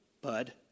bud